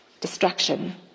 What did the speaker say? destruction